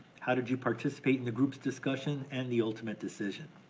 how did you participate in the group's discussion and the ultimate decision.